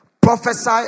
prophesy